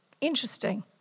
Interesting